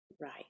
Right